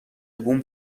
بوم